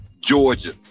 Georgia